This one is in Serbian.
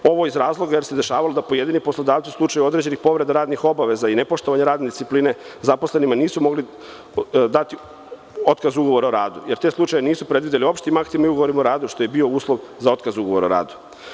Ovo iz razloga jer se dešavalo da pojedini poslodavci u slučaju određenih povreda radnih obaveza i nepoštovanja radne discipline zaposlenima nisu mogli dati otkaz ugovora o radu, jer te slučajeve nisu predvideli opštim aktima i ugovorom o radu, što je bio uslov za otkaz ugovora o radu.